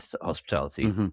hospitality